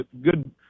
good